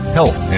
health